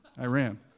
Iran